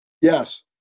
Yes